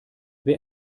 wer